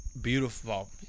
Beautiful